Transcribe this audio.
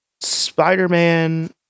Spider-Man